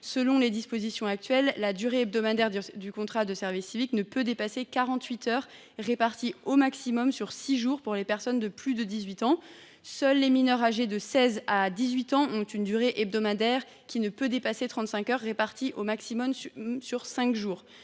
Selon les dispositions actuelles, la durée hebdomadaire du contrat de service civique ne peut dépasser quarante huit heures réparties au maximum sur six jours pour les personnes de plus de 18 ans. Seuls les mineurs âgés de 16 à 18 ans ont une durée hebdomadaire qui ne peut dépasser trente cinq heures, réparties au maximum sur cinq jours.